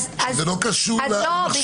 שזה לא קשור למכשיר